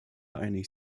einig